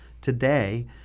today